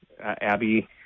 Abby